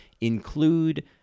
include